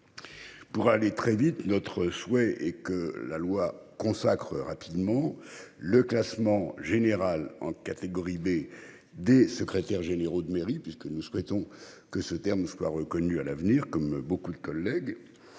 Pour aller très vite. Notre souhait est que la loi consacre rapidement le classement général en catégorie B des secrétaires généraux de mairie puisque nous souhaitons que ce terme soit reconnu à l'avenir comme beaucoup de collègues.